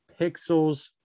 pixels